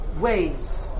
ways